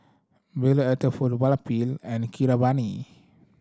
Bellur Elattuvalapil and Keeravani